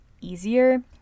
easier